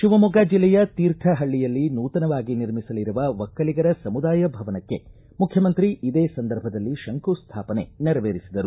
ಶಿವಮೊಗ್ಗ ಜಿಲ್ಲೆಯ ತೀರ್ಥಹಳ್ಳಿಯಲ್ಲಿ ನೂತನವಾಗಿ ನಿರ್ಮಿಸಲಿರುವ ಒಕ್ಕಲಿಗರ ಸಮುದಾಯ ಭವನಕ್ಕೆ ಮುಖ್ಯಮಂತ್ರಿ ಇದೇ ಸಂದರ್ಭದಲ್ಲಿ ಶಂಕುಸ್ಥಾಪನೆ ನೆರವೇರಿಸಿದರು